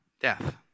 Death